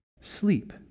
sleep